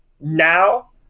Now